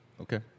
okay